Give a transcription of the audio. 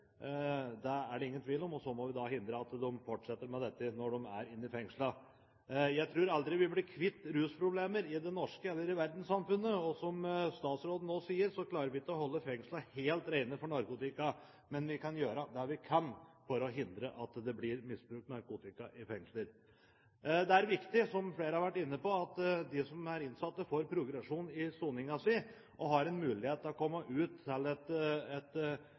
det er det ingen tvil om – og så må vi hindre at de fortsetter med dette når de er inne i fengslene. Jeg tror aldri vi blir kvitt rusproblemer i det norske samfunnet eller i verdenssamfunnet, og som statsråden nå sier, klarer vi ikke å holde fengslene helt rene for narkotika, men vi kan gjøre det vi kan for å hindre at det blir misbrukt narkotika i fengsler. Det er viktig, som flere har vært inne på, at de innsatte får progresjon i soningen sin og har en mulighet til å komme ut til et tilnærmet normalt liv, og etter hvert et